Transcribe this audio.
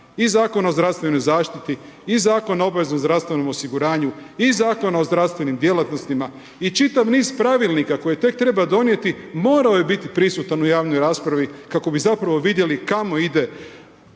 i Zakon o zdravstvenoj zaštiti i Zakona o obveznom zdravstvenom osiguranju i Zakon o zdravstvenim djelatnostima i čitav niz pravilnika koje tek treba donijeti, morao je biti prisutan u javnoj raspravi kako bi zapravo vidjeli kamo ide